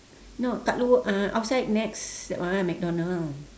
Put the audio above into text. no dekat luar uh outside nex that one mcdonald